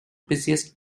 busiest